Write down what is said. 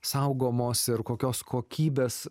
saugomos ir kokios kokybės